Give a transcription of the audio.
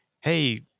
Hey